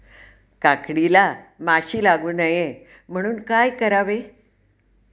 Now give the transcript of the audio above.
काकडीला माशी लागू नये म्हणून काय करावे?